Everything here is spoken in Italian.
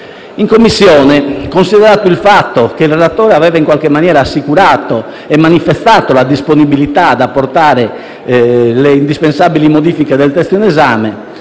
In Commissione, considerato il fatto che il relatore aveva in qualche maniera assicurato e manifestato la disponibilità ad apportare le indispensabili modifica del testo in esame,